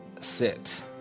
sit